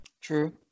True